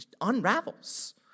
unravels